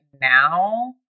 now